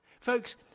Folks